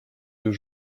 deux